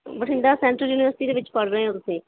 Bathinda central university ਦੇ ਵਿੱਚ ਪੜ੍ਹ ਰਹੇ ਹੋ ਤੁਸੀਂ